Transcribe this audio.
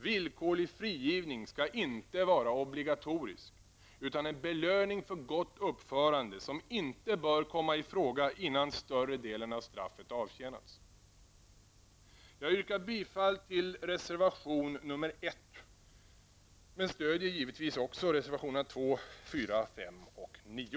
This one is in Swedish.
Villkorlig frigivning skall inte vara obligatorisk, utan en belöning för gott uppförande som inte bör komma i fråga innan större delen av straffet avtjänats. Jag yrkar bifall till reservation nr 1, men stödjer givetvis också reservationerna 2, 4, 5 och 9.